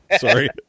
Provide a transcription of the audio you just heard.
Sorry